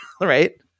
Right